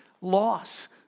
loss